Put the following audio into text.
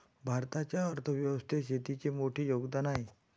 भारताच्या अर्थ व्यवस्थेत शेतीचे मोठे योगदान आहे